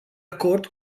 acord